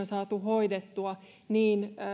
saatu hoidettua niin